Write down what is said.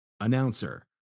announcer